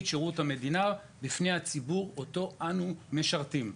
של שירות המדינה בפני הציבור אותו אנו משרתים.